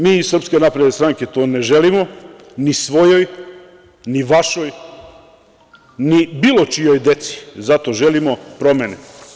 Mi iz SNS to ne želimo, ni svojoj, ni vašoj, ni bilo čijoj deci, zato želimo promene.